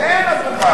אין אף אחד.